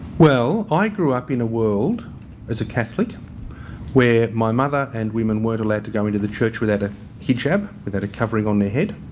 well, i grew up in a world as a catholic where my mother and women weren't allowed to go into the church without a hijab, without a covering on their head,